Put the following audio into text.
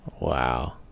Wow